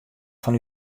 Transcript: fan